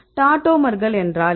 டாடோமர்கள் என்றால் என்ன